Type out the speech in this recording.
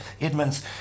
Edmonds